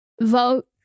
Vote